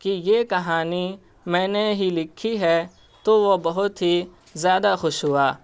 کہ یہ کہانی میں نے ہی لکھی ہے تو وہ بہت ہی زیادہ خوش ہوا